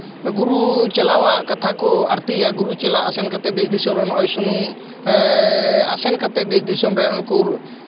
ᱜᱩᱨᱩ ᱪᱮᱞᱟᱣᱟᱜ ᱠᱟᱛᱷᱟ ᱠᱚ ᱟᱬᱛᱤᱭᱟ ᱜᱩᱨᱩ ᱪᱮᱞᱟ ᱟᱥᱮᱱ ᱠᱟᱛᱮᱜ ᱫᱮᱥ ᱫᱤᱥᱚᱢ ᱨᱮ ᱱᱚᱜ ᱚᱭ ᱥᱩᱱᱩᱢ ᱮᱜ ᱟᱥᱮᱱ ᱠᱟᱛᱮᱜ ᱫᱮᱥ ᱫᱤᱥᱚᱢ ᱨᱮ ᱩᱱᱠᱩ